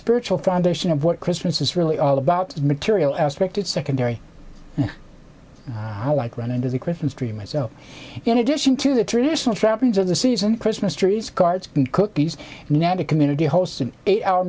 spiritual foundation of what christmas is really all about material aspect is secondary i like ran into the christmas tree myself in addition to the traditional trappings of the season christmas trees cards and cookies now the community hosts an eight hour